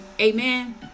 Amen